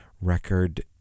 Record